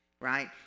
right